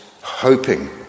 hoping